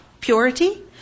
purity